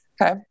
Okay